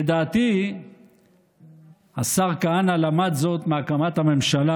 לדעתי השר כהנא למד זאת מהקמת הממשלה,